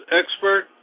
expert